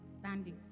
standing